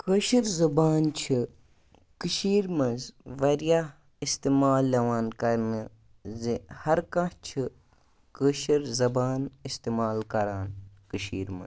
کٲشِر زبان چھِ کٔشیٖر منٛز واریاہ اِستِمال یِوان کَرنہٕ زِ ہر کانٛہہ چھِ کٲشِر زَبان اِستِمال کَران کٔشیٖر منٛز